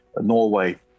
norway